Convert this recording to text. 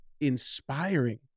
inspiring